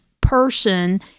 person